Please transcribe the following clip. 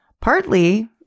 partly